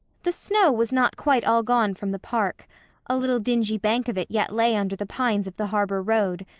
the snow was not quite all gone from the park a little dingy bank of it yet lay under the pines of the harbor road,